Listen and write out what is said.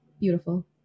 beautiful